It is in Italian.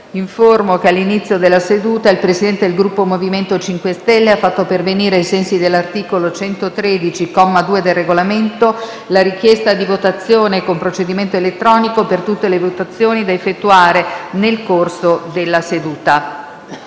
che all'inizio della seduta il Presidente del Gruppo M5S ha fatto pervenire, ai sensi dell'articolo 113, comma 2, del Regolamento, la richiesta di votazione con procedimento elettronico per tutte le votazioni da effettuare nel corso della seduta.